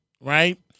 right